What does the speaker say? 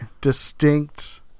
distinct